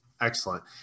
Excellent